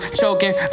choking